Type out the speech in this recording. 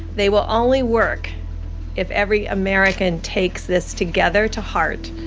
they will only work if every american takes this together to heart.